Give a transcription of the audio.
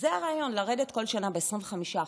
זה הרעיון, לרדת כל שנה ב-25%,